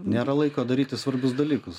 nėra laiko daryti svarbius dalykus